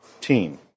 team